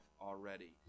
already